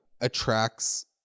attracts